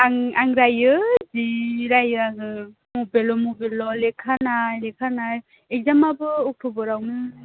आं आं राइयो जि राइयो आङो मबाइलल' मबाइलल' लेखा नाय लेखा नाय एक्जामाबो अक्ट'बरावनो